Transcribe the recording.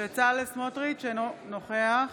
סמוטריץ' אינו נוכח